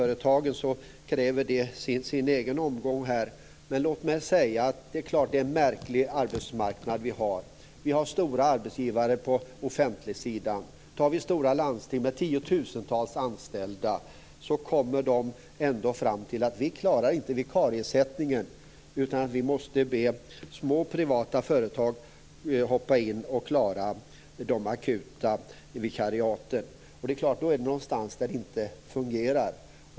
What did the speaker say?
Det krävs en egen omgång för personaluthyrningsföretagen. Vi har en märklig arbetsmarknad. Det finns stora arbetsgivare på den offentliga sidan. Landstingen har tiotusentals anställda. Men ändå kommer man fram till på landstingen att man inte klarar vikariebesättningen. Man måste be små privata företag hoppa in och klara de akuta vikariaten. Då är det någonting som inte fungerar.